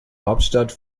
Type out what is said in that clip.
hauptstadt